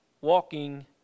walking